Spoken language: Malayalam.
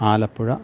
ആലപ്പുഴ